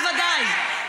בוודאי.